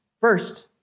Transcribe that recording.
First